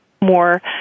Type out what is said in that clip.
more